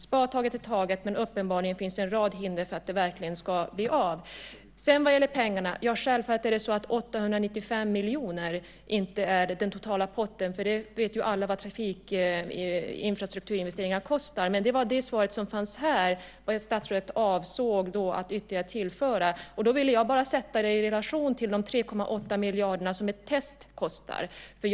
Spadtaget är taget, men uppenbarligen finns det en rad hinder för att det verkligen ska bli av. När det sedan gäller pengarna är 895 miljoner självfallet inte den totala potten, för alla vet ju vad infrastrukturinvesteringar kostar, men det vad som stod i svaret att statsrådet avsåg att ytterligare tillföra. Då vill jag bara ställa det i relation till de 3,8 miljarderna som ett test med biltullar kostar.